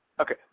Okay